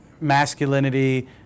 masculinity